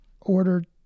ordered